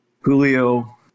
Julio